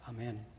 Amen